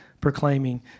proclaiming